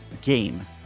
game